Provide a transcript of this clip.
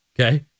Okay